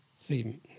theme